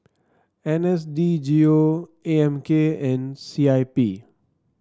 N S D G O A M K and C I P